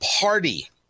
party